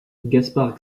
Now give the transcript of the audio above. gaspard